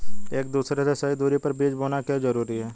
एक दूसरे से सही दूरी पर बीज बोना क्यों जरूरी है?